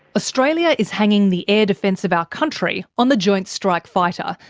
australia is hanging the air defence of our country on the joint strike fighter,